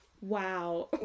Wow